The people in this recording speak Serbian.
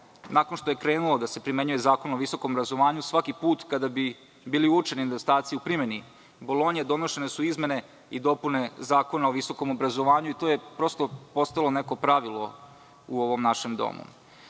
nakon što je krenuo da se primenjuje Zakon o visokom obrazovanju, svaki put kada bi bili uočeni nedostaci u primeni Bolonje, donošene su izmene i dopune Zakona o visokom obrazovanju. To je, prosto, postalo neko pravilo u ovom našem domu.Među